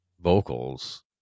vocals